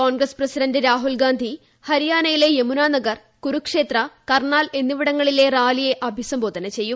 Congress president Rahul Gandhi ഹരിയാനയിലെ യമുനാനഗർ കുരുക്ഷേത്ര കർണാൽ എന്നിവിടങ്ങളിലെ റാലിയെ അഭിസംബോധന ചെയ്യും